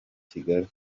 kigali